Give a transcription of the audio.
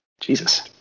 Jesus